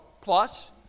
plus